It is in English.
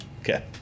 Okay